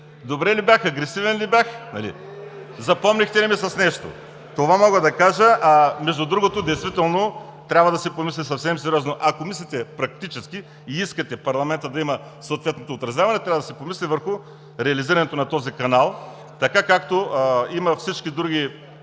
Добре ли бях, агресивен ли бях? Запомнихте ли ме с нещо?“. Това мога да кажа. Между другото, действително трябва да се помисли съвсем сериозно, ако мислите практически и искате парламента да има съответното отразяване, трябва да се помисли върху реализирането на този канал, така както има във всички други